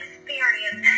Experience